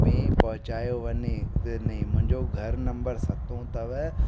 में पहुचायो वञे वञे मुंहिंजो घरु नंबर सतो अथव